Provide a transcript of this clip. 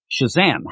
Shazam